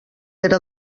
era